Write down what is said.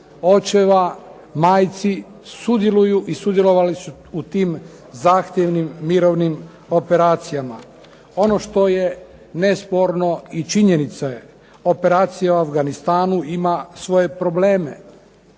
očeva, majki sudjeluju i sudjelovali su u tim zahtjevnim mirovnim operacijama. Ono što je nesporno i činjenica je operacija u Afganistanu ima svoje probleme.